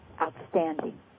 Outstanding